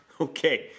Okay